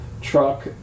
truck